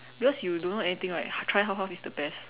because you don't know anything right try half half is the best